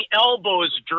elbows